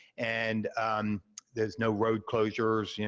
and there's no road closures. yeah